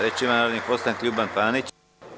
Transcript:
Reč ima narodni poslanik Ljuban Panić.